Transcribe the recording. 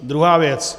Druhá věc.